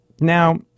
Now